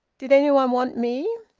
did any one want me?